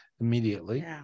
immediately